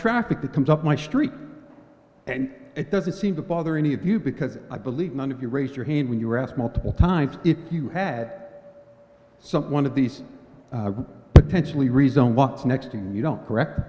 traffic that comes up my street and it doesn't seem to bother any of you because i believe none of you raise your hand when you're asked multiple times if you had so one of these potentially result was next and you don't correct